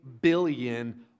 billion